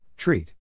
Treat